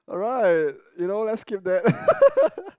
alright you know let's keep that